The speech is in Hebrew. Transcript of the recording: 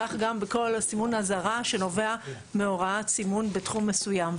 כך גם בכל סימון אזהרה שנובע מהוראת סימון בתחום מסוים.